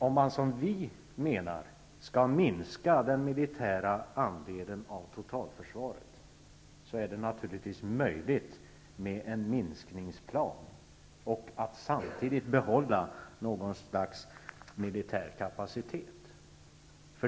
Om man, som vi menar, skall minska den militära andelen av totalförsvaret, är det naturligtvis möjligt att upprätta en minskningsplan med samtidigt behållande av någon slags militär kapacitet.